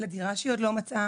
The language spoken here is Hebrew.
לדירה שהיא עוד לא מצאה?